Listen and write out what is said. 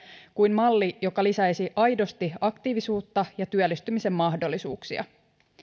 kuin malli joka lisäisi aidosti aktiivisuutta ja työllistymisen mahdollisuuksia